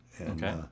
Okay